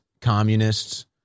communists